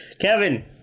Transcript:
Kevin